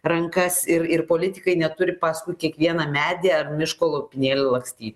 rankas ir ir politikai neturi paskui kiekvieną medį ar miško lopinėlį lakstyt